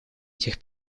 этих